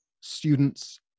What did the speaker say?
students